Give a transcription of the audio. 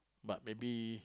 but maybe